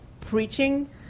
preaching